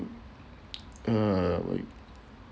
uh what